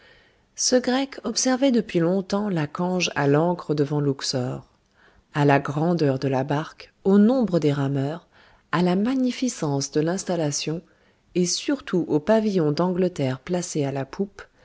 ce grec observait depuis longtemps la cange à l'ancre devant louqsor à la grandeur de la barque au nombre des rameurs à la magnificence de l'installation et surtout au pavillon d'angleterre placé à la poupe